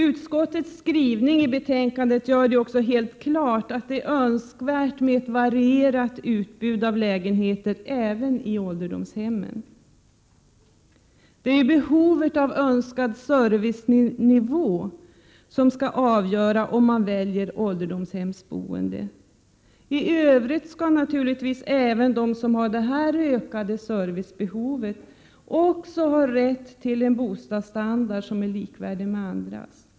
Utskottets skrivning gör det ju också helt klart att det är önskvärt med ett varierat utbud av lägenheter även i ålderdomshemmen. Det är ju behovet av önskad servicenivå som skall avgöra när man väljer ålderdomshemsboende. För övrigt skall naturligtvis även de som har ett större servicebehov också ha rätt till en bostadsstandard som är lika god som andras.